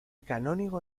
canónigo